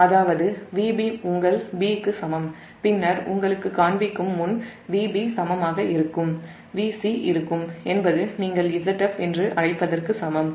அதாவது Vb உங்கள் b க்கு சமம் பின்னர் உங்களுக்குக் காண்பிக்கும் முன் Vb Vc க்கு சமமாக இருக்கும் என்பது நீங்கள் Zf என்று அழைப்பதற்கு சமம்